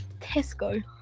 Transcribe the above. Tesco